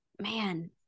man